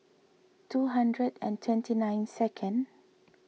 two hundred and twenty nine second